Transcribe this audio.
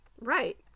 Right